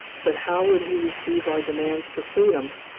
but how would he receive our demands for freedom?